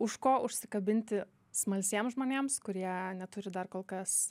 už ko užsikabinti smalsiems žmonėms kurie neturi dar kol kas